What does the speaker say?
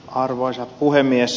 arvoisa puhemies